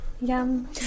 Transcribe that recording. yum